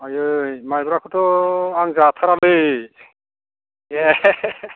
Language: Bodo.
आयै माइब्राखौथ' आं जाथारालै ए